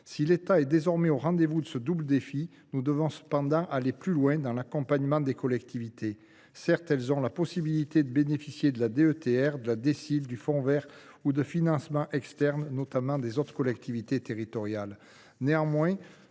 Si l’État est désormais au rendez vous de ce double défi, nous devons cependant aller plus loin dans l’accompagnement des collectivités. Certes, elles ont la possibilité de bénéficier de la DETR, de la DSIL, du fonds vert ou de financements externes, notamment par d’autres collectivités. Néanmoins